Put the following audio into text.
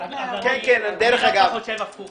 אבל התייחסות עניינית שמקדמת את החוק,